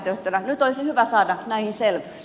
nyt olisi hyvä saada näihin selvyys